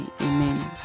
Amen